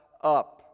up